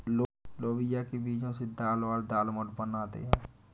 लोबिया के बीजो से दाल और दालमोट बनाते है